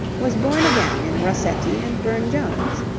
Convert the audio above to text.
was born again in rossetti and burne-jones.